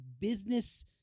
business